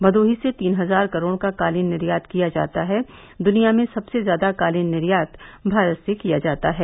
भदोही से तीन हजार करोड़ का कालीन निर्यात में किया जाता है दुनिया में सबसे ज्यादा कालीन निर्यात भारत से किया जाता है